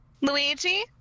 Luigi